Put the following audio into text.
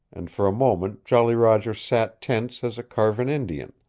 and for a moment jolly roger sat tense as a carven indian.